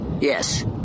Yes